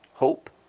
Hope